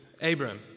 Abraham